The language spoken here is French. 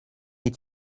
est